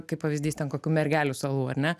kaip pavyzdys ten kokių mergelių salų ar ne